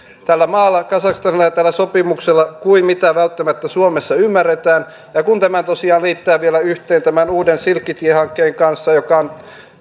tällä maalla kazakstanilla ja tällä sopimuksella on suurempi merkitys kuin mitä välttämättä suomessa ymmärretään ja kun tämä tosiaan liitetään vielä yhteen tämän uusi silkkitie hankkeen kanssa joka on